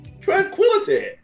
Tranquility